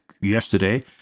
yesterday